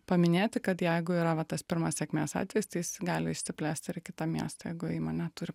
paminėti kad jeigu yra va tas pirmas sėkmės atvejis tai jis gali išsiplėst ir į kitą miestą jeigu įmonė turi